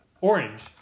Orange